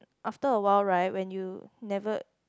after a while right when you never